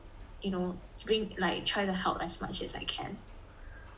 you know being like try to help as much as I can